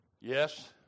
Yes